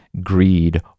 greed